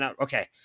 Okay